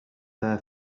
there